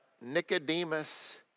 Nicodemus